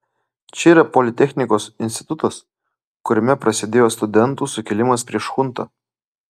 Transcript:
čia yra politechnikos institutas kuriame prasidėjo studentų sukilimas prieš chuntą